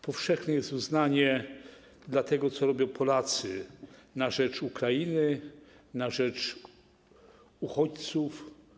Powszechne jest uznanie dla tego, co robią Polacy na rzecz Ukrainy, na rzecz uchodźców.